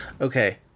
Okay